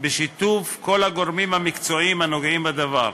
בשיתוף כל הגורמים המקצועיים הנוגעים בדבר.